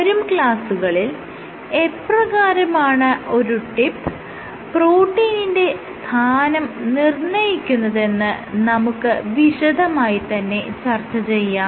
വരും ക്ലാസ്സുകളിൽ എപ്രകാരമാണ് ഒരു ടിപ്പ് പ്രോട്ടീനിന്റെ സ്ഥാനം നിർണ്ണയിക്കുന്നതെന്ന് നമുക്ക് വിശദമായി തന്നെ ചർച്ച ചെയ്യാം